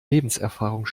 lebenserfahrung